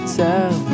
tell